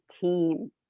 team